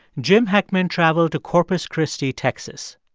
jim heckman traveled to corpus christi, texas.